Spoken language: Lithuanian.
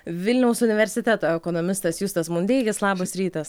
vilniaus universiteto ekonomistas justas mundeikis labas rytas